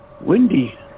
windy